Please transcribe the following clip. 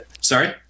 Sorry